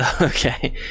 okay